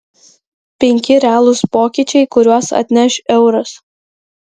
penki realūs pokyčiai kuriuos atneš euras